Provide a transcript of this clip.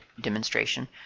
demonstration